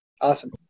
Awesome